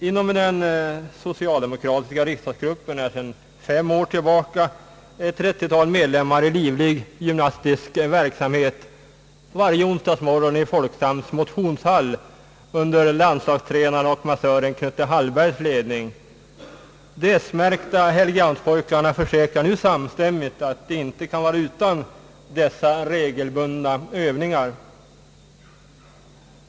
Inom den socialdemokratiska riksdagsgruppen är sedan fem år tillbaka ett trettiotal medlemmar i livlig gymnastisk verksamhet varje onsdagsmorgon i Folksams motionshall under landslagstränaren och massören Knutte Hallbergs ledning. De s-märkta Helgeandspojkarna försäkrar nu samstämmigt, att de inte kan vara utan dessa regelbundna övningar.